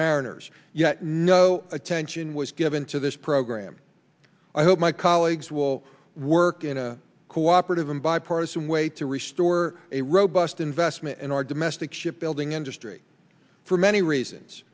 mariners yet no attention was given to this program i hope my colleagues will work in a cooperative and bipartisan way to restore a robust investment in our domestic shipbuilding industry for many reasons